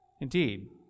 Indeed